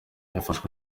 yafashwe